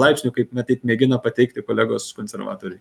laipsnių kaip matyt mėgino pateikti kolegos konservatoriai